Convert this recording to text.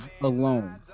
alone